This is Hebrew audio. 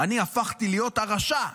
אני הפכתי להיות הרשע.